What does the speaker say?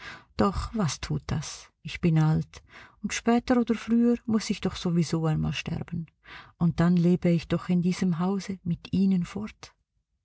doch was tut das ich bin alt und später oder früher muß ich doch sowieso einmal sterben und dann lebe ich doch in diesem hause mit ihnen fort